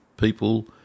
People